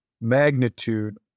magnitude